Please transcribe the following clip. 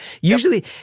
Usually